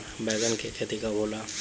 बैंगन के खेती कब होला?